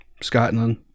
Scotland